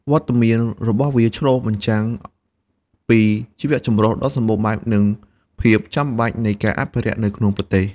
វត្តមានរបស់វាឆ្លុះបញ្ចាំងពីជីវៈចម្រុះដ៏សម្បូរបែប និងភាពចាំបាច់នៃការអភិរក្សនៅក្នុងប្រទេស។